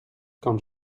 quand